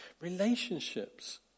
relationships